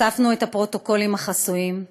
חשפנו את הפרוטוקולים החסויים,